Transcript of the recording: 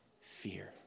fear